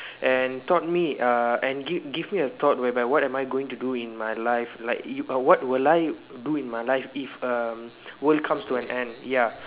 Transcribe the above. and taught me uh and give give me a thought whereby what am I going to do in my life like if what if will I do in my life if um world comes to an end ya